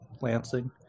Lansing